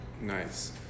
Nice